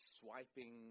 swiping